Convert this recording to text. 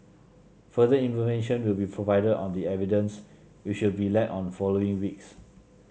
further information will be provided on the evidence which will be led on following weeks